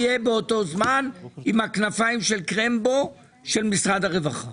אני רוצה לדעת מה יהיה באותו זמן עם הכנפיים של קרמבו של משרד הרווחה?